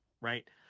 right